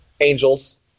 angels